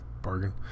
Bargain